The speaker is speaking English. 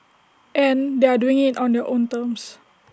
and they are doing IT on their own terms